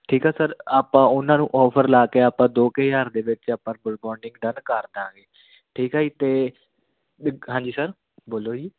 ਠੀਕ ਆ ਸਰ ਆਪਾਂ ਉਨ੍ਹਾਂ ਨੂੰ ਓਫਰ ਲਾ ਕੇ ਆਪਾਂ ਦੋ ਕੁ ਹਜ਼ਾਰ ਦੇ ਵਿੱਚ ਆਪਾਂ ਫੁੱਲ ਰਿਬੋਨਡਿੰਗ ਡਨ ਕਰਦਾਂਗੇ ਠੀਕ ਹੈ ਅਤੇ ਹਾਂਜੀ ਸਰ ਬੋਲੋ ਜੀ